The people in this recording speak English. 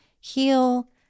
Heal